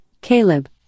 Caleb